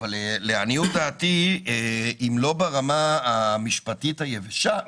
אבל לעניות דעתי אם לא ברמה המשפטית היבשה,